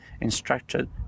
instructed